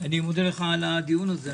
אני מודה לך על הדיון זה.